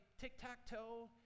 tic-tac-toe